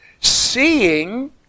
Seeing